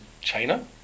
China